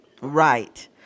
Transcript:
right